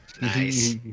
Nice